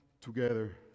together